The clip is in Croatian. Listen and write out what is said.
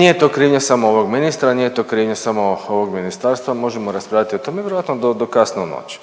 Nije to krivnja samo ovog ministra, nije to krivnja samo ovog ministarstva, možemo raspravljati o tome vjerojatno do, do kasno u noć.